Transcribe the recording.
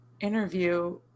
interview